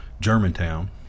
Germantown